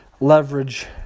leverage